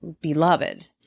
beloved